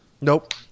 Nope